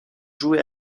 joués